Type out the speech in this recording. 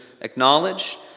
acknowledge